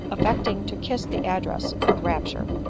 affecting to kiss the address with rapture.